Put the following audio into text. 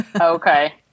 okay